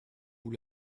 vous